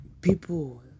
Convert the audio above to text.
people